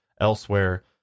elsewhere